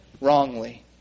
wrongly